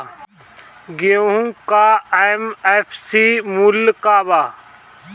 गेहू का एम.एफ.सी मूल्य का बा?